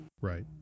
Right